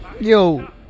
Yo